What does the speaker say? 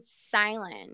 silent